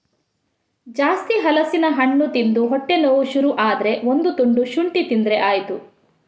ಜಾಸ್ತಿ ಹಲಸಿನ ಹಣ್ಣು ತಿಂದು ಹೊಟ್ಟೆ ನೋವು ಶುರು ಆದ್ರೆ ಒಂದು ತುಂಡು ಶುಂಠಿ ತಿಂದ್ರೆ ಆಯ್ತು